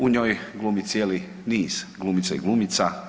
U njoj glumi cijeli niz glumica i glumaca.